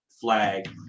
flag